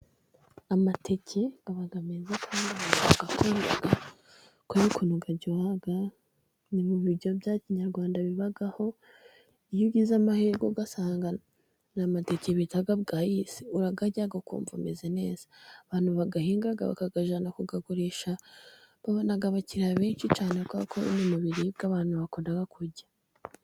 Amateke aba meza kandi bavuga ko kubera ukuntu aryoha ni mu biryoyo bya kinyarwanda bibaho. Iyo ugize amahirwe ugasanga na madege bita bwayise urayarya ukumva umeze neza, abantu bayahinga bakayajyana kuyagurisha babona abakiriya benshi cyane kuko Ari mu biribwa abantu bakunda kurya.